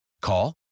Call